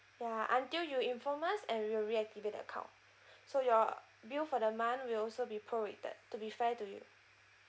ya until you inform us and we'll reactivate the account so your bill for the month will also be prorated to be fair to you